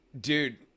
dude